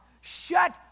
shut